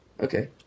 Okay